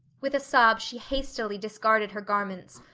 with a sob she hastily discarded her garments,